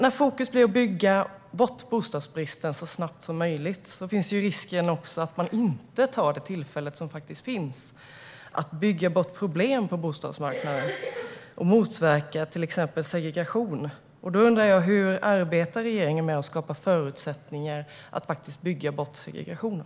När fokus blir att bygga bort bostadsbristen så snabbt som möjligt är dock risken att man inte tar det tillfälle som finns att bygga bort problem på bostadsmarknaden och till exempel motverka segregation. Jag undrar därför hur regeringen arbetar med att skapa förutsättningar att bygga bort segregationen.